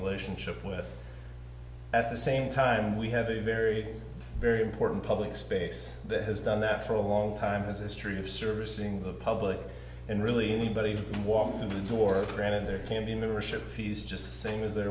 relationship with at the same time we have a very very important public space that has done that for a long time has a history of servicing the public and really anybody walking in the door granted there can be in the reship fees just the same as the